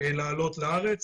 לעלות לארץ,